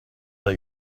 that